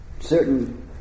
certain